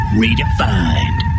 redefined